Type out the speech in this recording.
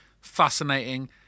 fascinating